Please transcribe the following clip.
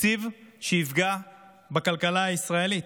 תקציב שיפגע בכלכלה הישראלית.